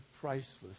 priceless